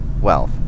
wealth